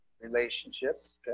Relationships